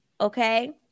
Okay